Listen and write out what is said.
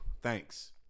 Thanks